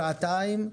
שעתיים,